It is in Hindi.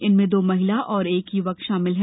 इनमें दो महिला और एक युवक शामिल हैं